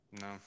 No